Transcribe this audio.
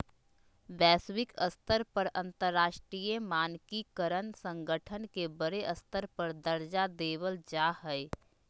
वैश्विक स्तर पर अंतरराष्ट्रीय मानकीकरण संगठन के बडे स्तर पर दर्जा देवल जा हई